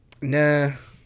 Nah